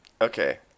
okay